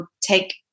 take